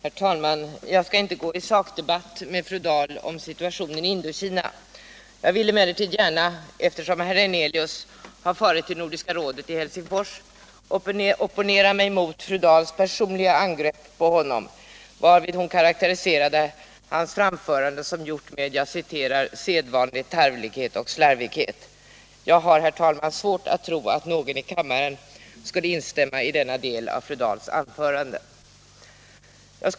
Herr talman! Jag skall inte gå i sakdebatt med fru Dahl om situationen i Indokina. Jag vill emellertid gärna, eftersom herr Hernelius har farit till Nordiska rådet i Helsingfors, opponera mig mot fru Dahls personliga angrepp på honom, varvid hon karakteriserade hans framförande som gjort med ”sedvanlig tarvlighet och slarvighet”. Jag har, herr talman, svårt att tro att någon i kammaren skulle instämma i denna del av fru Dahls anförande.